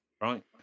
right